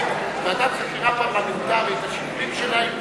ועדת חקירה פרלמנטרית, השיקולים שלה הם פוליטיים.